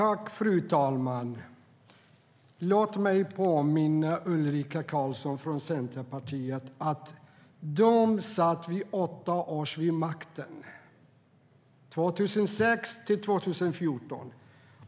Fru talman! Låt mig påminna Ulrika Carlsson från Centerpartiet om att de satt vid makten i åtta år: 2006-2014.